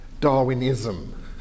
Darwinism